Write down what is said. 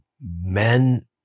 men